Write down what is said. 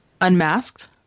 Unmasked